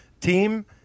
team